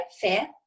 fair